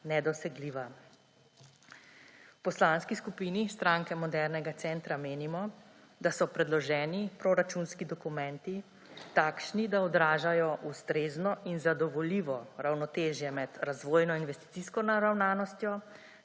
nedosegljiva. V Poslanski skupini Stranke modernega centra menimo, da so predloženi proračunski dokumenti takšni, da odražajo ustrezno in zadovoljivo ravnotežje med razvojno-investicijsko naravnanostjo